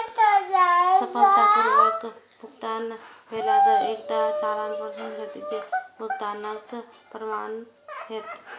सफलतापूर्वक भुगतान भेला पर एकटा चालान प्रदर्शित हैत, जे भुगतानक प्रमाण हैत